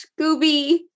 Scooby